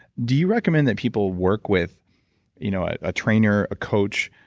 do you recommend that people work with you know a trainer, a coach,